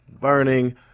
burning